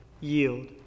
yield